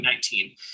2019